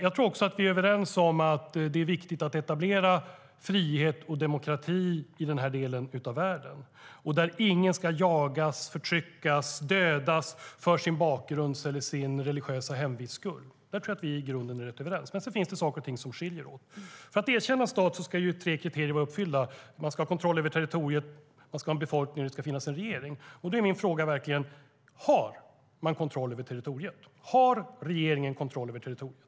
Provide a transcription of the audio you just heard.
Jag tror också att vi är överens om att det är viktigt att etablera frihet och demokrati i den här delen av världen där ingen ska jagas, förtryckas och dödas för sin bakgrunds eller sin religiösa hemvists skull. Där tror jag att vi i grunden är rätt överens. Men sedan finns det saker och ting som skiljer oss åt. För att en stat ska erkännas ska tre kriterier vara uppfyllda: Man ska ha kontroll över territoriet, man ska ha en befolkning och det ska finnas en regering. Då är min fråga: Har man kontroll över territoriet? Har regeringen kontroll över territoriet?